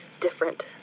different